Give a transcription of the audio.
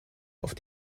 auf